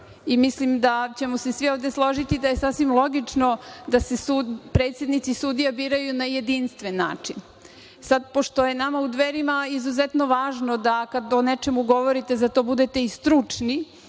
Mislim da ćemo se svi ovde složiti da je sasvim logično da se predsednici sudija biraju na jedinstven način. Sad, pošto je nama u Dverima izuzetno važno da kad o nečemu govorite za to budete i stručni.